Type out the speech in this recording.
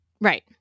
Right